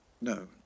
No